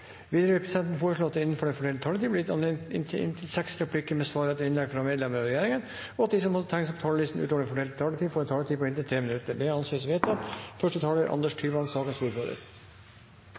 Videre vil presidenten foreslå at det – innenfor den fordelte taletid – blir gitt anledning til inntil seks replikker med svar etter innlegg fra medlemmer av regjeringen, og at de som måtte tegne seg på talerlisten utover den fordelte taletid, får en taletid på inntil 3 minutter. – Det anses vedtatt.